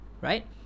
right